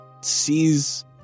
sees